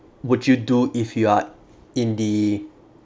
would you do if you are in the